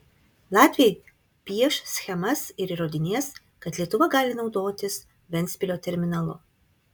latviai pieš schemas ir įrodinės kad lietuva gali naudotis ventspilio terminalu